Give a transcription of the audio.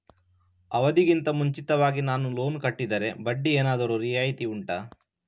ಅವಧಿ ಗಿಂತ ಮುಂಚಿತವಾಗಿ ನಾನು ಲೋನ್ ಕಟ್ಟಿದರೆ ಬಡ್ಡಿ ಏನಾದರೂ ರಿಯಾಯಿತಿ ಉಂಟಾ